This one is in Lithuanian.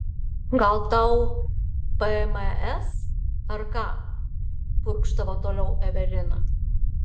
gal tau pms ar ką purkštavo toliau evelina